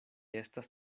estas